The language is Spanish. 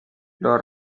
los